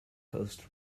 coast